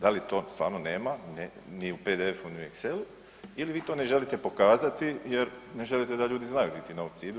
Da li to stvarno nema ni u PDF-u, ni u Excel ili vi to ne želite pokazati jer ne želite da ljudi znaju gdje ti novci idu?